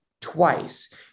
twice